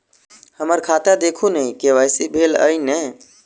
हम्मर खाता देखू नै के.वाई.सी भेल अई नै?